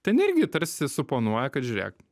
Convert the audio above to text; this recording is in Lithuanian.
tai irgi tarsi suponuoja kad žiūrėk